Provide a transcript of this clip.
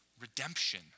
redemption